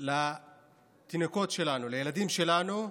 לתינוקות שלנו, לילדים שלנו,